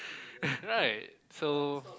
right so